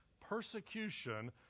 persecution